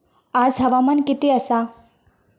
आज हवामान किती आसा?